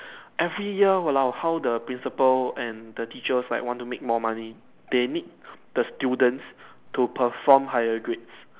every year !walao! how the principal and the teachers like want to make more money they need the students to perform higher grades